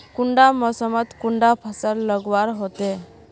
कुंडा मोसमोत कुंडा फसल लगवार होते?